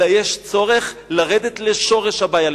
יש צורך לרדת לשורש הבעיה,